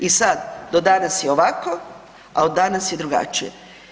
I sad do danas je ovako, a od danas je drugačije.